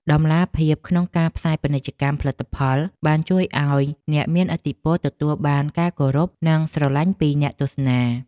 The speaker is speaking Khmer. តម្លាភាពក្នុងការផ្សាយពាណិជ្ជកម្មផលិតផលបានជួយឱ្យអ្នកមានឥទ្ធិពលទទួលបានការគោរពនិងស្រឡាញ់ពីអ្នកទស្សនា។